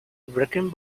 wrecking